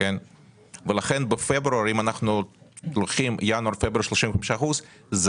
ולכן בפברואר אם אנחנו הולכים על ינואר-פברואר 35 אחוזים